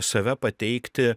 save pateikti